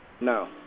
No